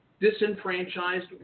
disenfranchised